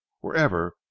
wherever